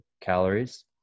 calories